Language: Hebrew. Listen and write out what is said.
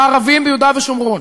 לערבים ביהודה ושומרון,